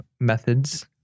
methods